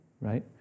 Right